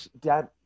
Dad